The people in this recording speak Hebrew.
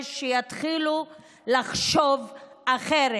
ודורש שיתחילו לחשוב אחרת.